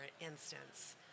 instance